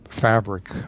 fabric